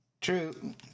True